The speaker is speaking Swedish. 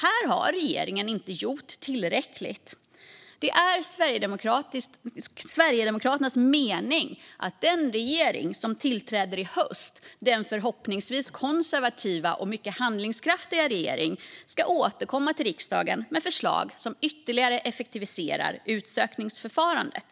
Här har regeringen inte gjort tillräckligt. Det är Sverigedemokraternas mening att den regering som tillträder i höst - förhoppningsvis en konservativ och mycket handlingskraftig regering - ska återkomma till riksdagen med förslag som ytterligare effektiviserar utsökningsförfarandet.